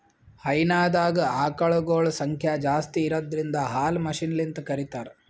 ಹೈನಾದಾಗ್ ಆಕಳಗೊಳ್ ಸಂಖ್ಯಾ ಜಾಸ್ತಿ ಇರದ್ರಿನ್ದ ಹಾಲ್ ಮಷಿನ್ಲಿಂತ್ ಕರಿತಾರ್